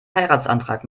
heiratsantrag